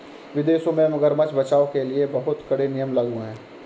विदेशों में मगरमच्छ बचाओ के लिए बहुत कड़े नियम लागू हैं